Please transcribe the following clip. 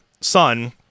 son